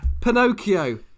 Pinocchio